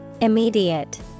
Immediate